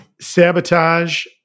Sabotage